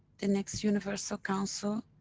the next universal council?